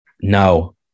No